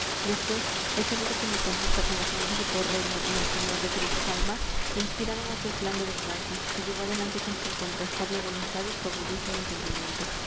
después he sabido que mi conducta con las señoras de porreño y el señor de grijalva le inspiraron aquel plan de venganza que llevó adelante con su incontrastable voluntad y su agudísimo entendimiento